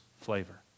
flavor